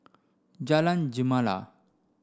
Jalan Gemala